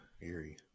eerie